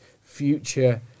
future